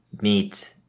meat